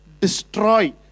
destroy